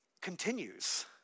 continues